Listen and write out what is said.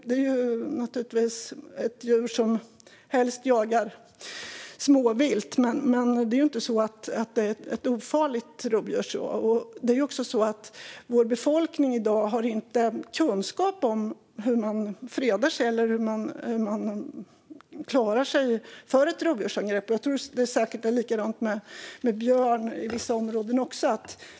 Det är naturligtvis ett djur som helst jagar småvilt, men det är inte ett ofarligt rovdjur. Vår befolkning i dag har inte heller kunskap om hur man fredar sig eller klarar sig från ett rovdjursangrepp. Jag tror säkert att det är likadant med björn i vissa områden.